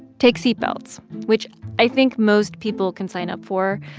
take seat belts, which i think most people can sign up for.